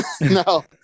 No